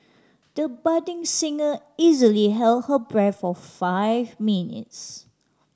the budding singer easily held her breath for five minutes